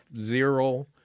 zero